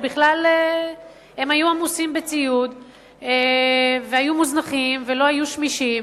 שהיו עמוסים בציוד והיו מוזנחים ולא היו שמישים.